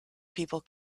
people